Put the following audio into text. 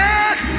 Yes